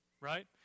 right